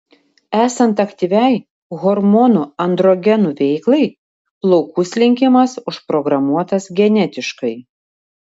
esant aktyviai hormonų androgenų veiklai plaukų slinkimas užprogramuotas genetiškai